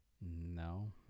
No